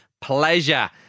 pleasure